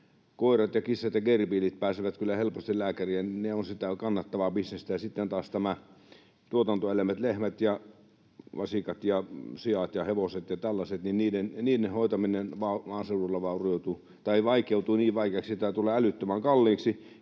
koirat ja kissat ja gerbiilit pääsevät kyllä helposti lääkäriin ja ne ovat sitä kannattavaa bisnestä, ja sitten taas näiden tuotantoeläinten — lehmät ja vasikat ja siat ja hevoset ja tällaiset — hoitaminen maaseudulla vaikeutuu niin vaikeaksi, että tämä tulee älyttömän kalliiksi.